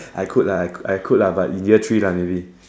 I could lah I I could lah but in year three lah maybe